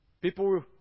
People